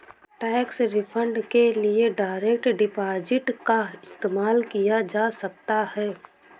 tax refund के लिए direct deposit का इस्तेमाल किया जा सकता हैं